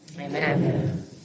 Amen